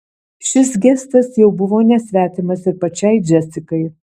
šis gestas jau buvo nesvetimas ir pačiai džesikai